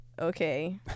okay